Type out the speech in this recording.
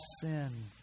sin